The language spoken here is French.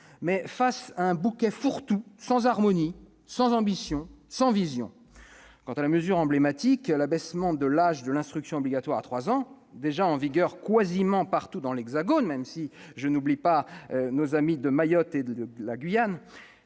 révélait un bouquet fourre-tout, sans harmonie, sans ambition, sans vision. Quant à la mesure emblématique, l'abaissement de l'âge de l'instruction obligatoire à 3 ans, déjà en vigueur quasiment partout dans l'Hexagone- je n'oublie pas, cela dit, nos amis de Mayotte et de la Guyane